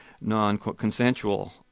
non-consensual